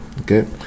okay